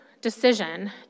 decision